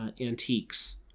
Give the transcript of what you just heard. antiques